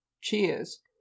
Cheers